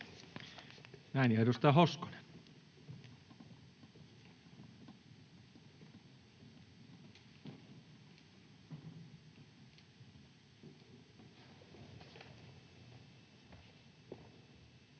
— Ja edustaja Hoskonen.